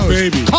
baby